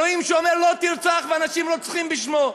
אלוהים שאומר "לא תרצח", ואנשים רוצחים בשמו.